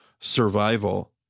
survival